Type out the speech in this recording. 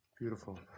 Beautiful